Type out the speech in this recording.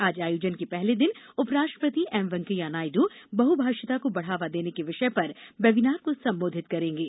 आज आयोजन के पहले दिन उपराष्ट्रपति एम वेंकैया नायडु बहुभाषिता को बढ़ावा देने के विषय पर वेबिनार को संबोधित करेंगे